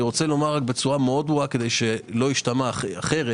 אני רוצה לומר בצורה מאוד ברורה כדי שלא ישתמע אחרת